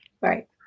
Right